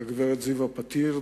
הגברת זיוה פתיר,